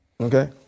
Okay